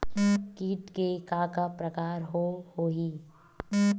कीट के का का प्रकार हो होही?